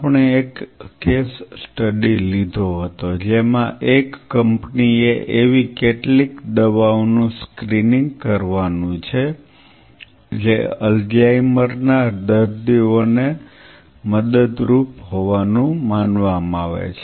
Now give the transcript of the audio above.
આપણે એક case study લીધો હતો જેમાં એક કંપનીએ એવી કેટલીક દવાઓનું સ્ક્રીનીંગ કરવાનું છે જે અલ્ઝાઈમર ના દર્દીઓને મદદરૂપ હોવાનું માનવામાં આવે છે